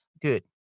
Good